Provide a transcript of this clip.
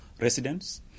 residents